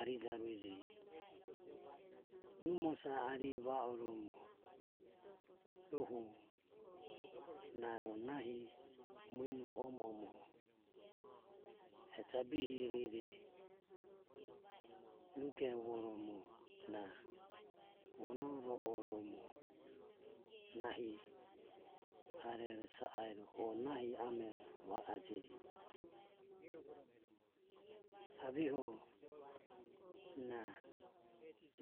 Arijaureje numosae ari va oromo rohu naro nahi mueno omo omoho e jabehirire nugevoromo na vono ro oromo nahi ari sa airo nahi amero va aje aveho na